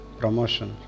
promotion